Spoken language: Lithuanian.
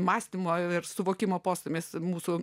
mąstymo ir suvokimo postūmis mūsų